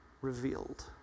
revealed